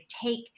take